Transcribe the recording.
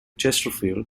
chesterfield